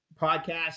podcast